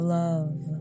love